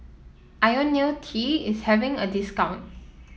IoniL T is having a discount